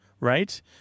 Right